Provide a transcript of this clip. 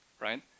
right